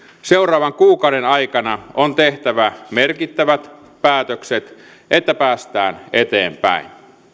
seuraavan kuukauden aikana on tehtävä merkittävät päätökset että päästään eteenpäin